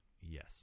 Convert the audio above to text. Yes